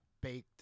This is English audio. baked